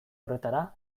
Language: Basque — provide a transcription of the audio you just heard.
horretara